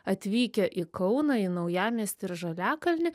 atvykę į kauną į naujamiestį ir žaliakalnį